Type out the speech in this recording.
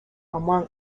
among